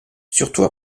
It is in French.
surtout